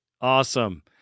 awesome